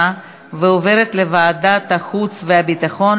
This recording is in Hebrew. לוועדת החוץ והביטחון